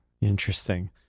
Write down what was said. Interesting